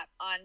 on